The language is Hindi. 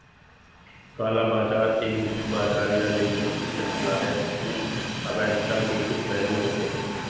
काला बाजार एक गुप्त बाजार या लेनदेन की श्रृंखला है जिसमें अवैधता के कुछ पहलू होते हैं